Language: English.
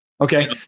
Okay